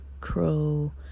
Crow